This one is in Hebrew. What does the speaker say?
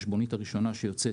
החשבונית הראשונה שיוצאת,